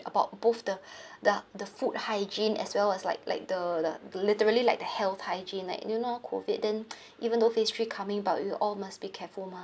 about both the the the food hygiene as well as like like the the literally like health hygiene like you know COVID then even though phase three coming but we all must be careful mah